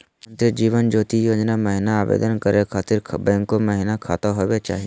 प्रधानमंत्री जीवन ज्योति योजना महिना आवेदन करै खातिर बैंको महिना खाता होवे चाही?